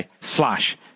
slash